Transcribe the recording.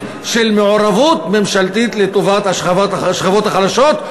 של מעורבות ממשלתית לטובת השכבות החלשות,